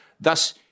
Thus